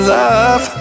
love